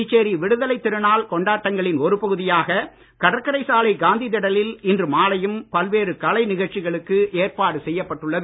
புதுச்சேரி விடுதலை திருநாள் கொண்டாட்டங்களின் ஒரு பகுதியாக கடற்கரை சாலை காந்தி திடலில் இன்று மாலையும் பல்வேறு கலை நிகழ்ச்சிகளுக்கு ஏற்பாடு செய்யப்பட்டுள்ளது